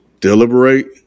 deliberate